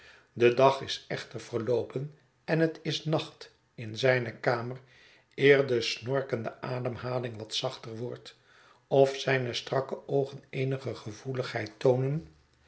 de dag is echter verloopen en het is nacht in zijne kamer eer de snorkende ademhaling wat zachter wordt of zijne strakke oogen eenige gevoeligheid toonen